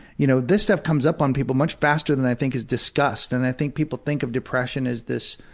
you know, this stuff comes up on people much faster than i think is discussed and i think people think of depression as this